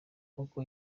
nk’uko